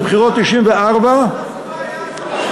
בבחירות 1994,